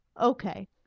Okay